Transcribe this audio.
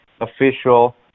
official